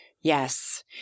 Yes